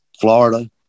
Florida